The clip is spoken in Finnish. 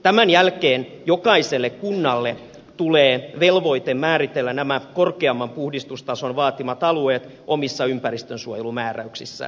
tämän jälkeen jokaiselle kunnalle tulee velvoite määritellä nämä korkeamman puhdistustason vaatimat alueet omissa ympäristönsuojelumääräyksissään